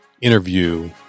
interview